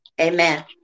Amen